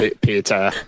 Peter